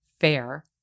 fair